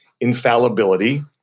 infallibility